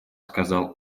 сказал